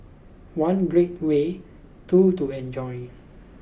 one great way two to enjoy